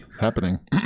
happening